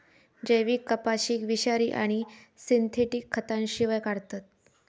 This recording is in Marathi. जैविक कपाशीक विषारी आणि सिंथेटिक खतांशिवाय काढतत